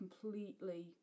completely